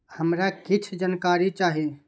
हमरा कीछ जानकारी चाही